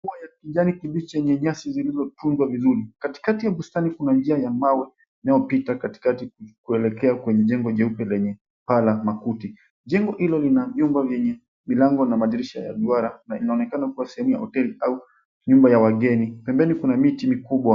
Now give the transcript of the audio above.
Bua ya kijani kibichi yenye nyasi zilizopangwa vizuri. Katikati ya bustani kuna njia ya mawe inayopita katikati kuelekea kwenye jengo jeupe lenye paa la makuti. Jengo hilo lina vyumba vyenye milango na madirisha ya duara na inaonekana kuwa sehemu ya hoteli au nyumba ya wageni. Pembeni kuna miti mikubwa.